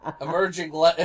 Emerging